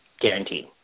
Guaranteed